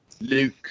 luke